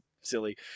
silly